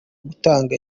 gutanga